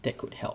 that could help